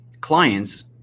clients